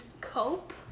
cope